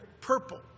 purple